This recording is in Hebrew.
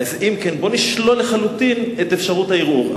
אם כן, בוא נשלול לחלוטין את אפשרות הערעור.